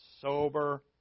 sober